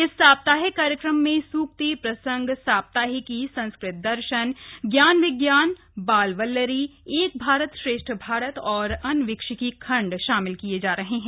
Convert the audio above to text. इस साप्ताहिक कार्यक्रम में सूक्ति प्रसंग साप्ताहिकी संस्कृत दर्शन ज्ञान विज्ञान बाल वल्लरी एक भारत श्रेष्ठ भारत और अनविक्षिकी खंड शामिल होंगे